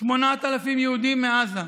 8,000 יהודים מעזה.